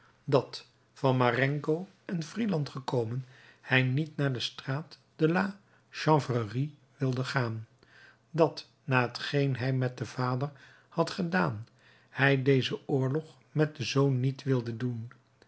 dat van marengo en friedland gekomen hij niet naar de straat de la chanvrerie wilde gaan dat na t geen hij met den vader had gedaan hij dezen oorlog met den zoon niet wilde doen